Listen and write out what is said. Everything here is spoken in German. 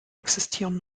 existieren